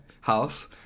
house